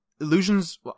illusions